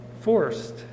forced